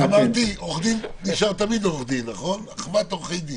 עורך דין נשאר תמיד עורך דין, אחוות עורכי דין.